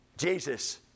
Jesus